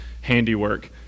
handiwork